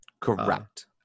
correct